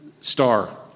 star